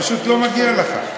פשוט לא מגיע לך,